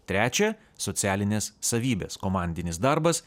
trečia socialinės savybės komandinis darbas